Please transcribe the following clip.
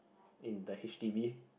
in the h_d_b